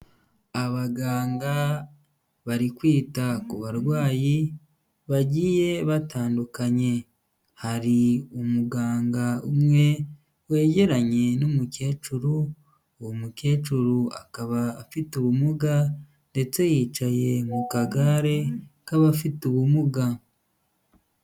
Abaganga bari kwita ku barwayi bagiye batandukanye. Hari umuganga umwe wegeranye n'umukecuru, uwo mukecuru akaba afite ubumuga ndetse yicaye mu kagare k'abafite ubumuga.